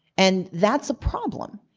and that's a problem.